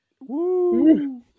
Woo